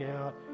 out